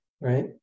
right